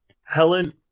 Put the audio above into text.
Helen